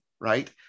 right